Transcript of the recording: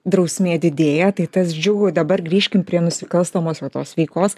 drausmė didėja tai tas džiugu dabar grįžkim prie nusikalstamos va tos veikos